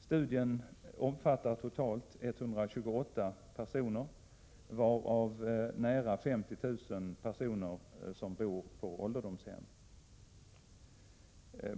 Studien omfattar totalt 128 000 personer, varav nära 50 000 personer som bor på ålderdomshem.